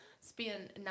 spend